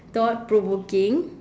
thought provoking